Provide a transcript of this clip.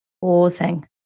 pausing